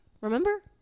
Remember